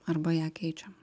arba ją keičiam